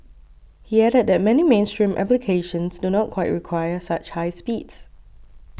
he added that many mainstream applications do not quite require such high speeds